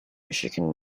michigan